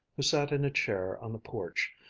who sat in a chair on the porch,